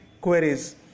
queries